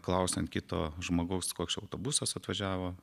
klausiant kito žmogaus koks čia autobusas atvažiavo